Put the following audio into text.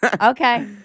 okay